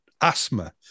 asthma